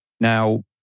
Now